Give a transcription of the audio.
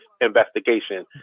investigation